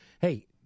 Hey